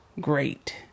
great